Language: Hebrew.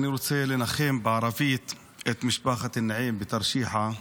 אני רוצה לנחם בערבית את משפחת נעים מתרשיחא,